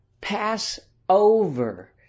Passover